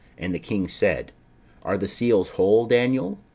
and the king said are the seals whole, daniel?